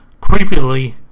Creepily